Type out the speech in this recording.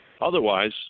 otherwise